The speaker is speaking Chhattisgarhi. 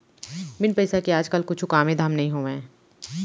बिन पइसा के आज काल कुछु कामे धाम नइ होवय